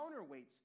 counterweights